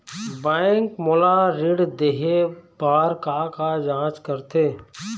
Bank मोला ऋण देहे बार का का जांच करथे?